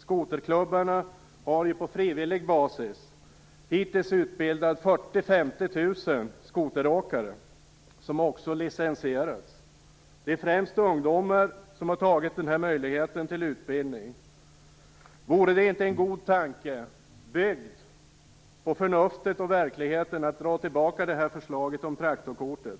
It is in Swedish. Skoterklubbarna har på frivillig basis hittills utbildat 40 000-50 000 skoteråkare, som också licensierats. Det är främst ungdomar som har tagit denna möjlighet till utbildning. Vore det inte en god tanke, byggd på förnuftet och verkligheten, att dra tillbaka förslaget om traktorkortet